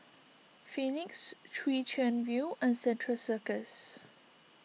Phoenix Chwee Chian View and Central Circus